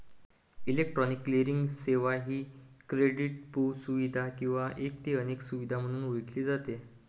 electronic clearing सेवा ही क्रेडिटपू सुविधा किंवा एक ते अनेक सुविधा म्हणून ओळखली जाते